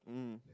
mm